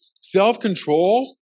self-control